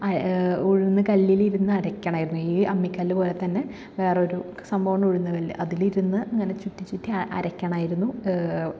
ഉഴുന്ന് കല്ലിൽ ഇരുന്നരക്കണായിരുന്ന് ഈ അമ്മിക്കല്ല് പോലെ തന്നെ വേറൊരു സംഭവമാണ് ഉഴുന്ന് കല്ല് അതിലിരുന്ന് അങ്ങനെ ചുറ്റി ചുറ്റി അരക്കാണായിരുന്നു